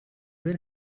will